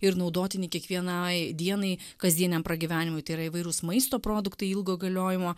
ir naudotini kiekvienai dienai kasdieniam pragyvenimui tai įvairūs maisto produktai ilgo galiojimo